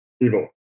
evil